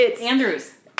Andrews